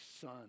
son